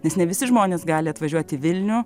nes ne visi žmonės gali atvažiuot į vilnių